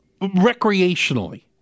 recreationally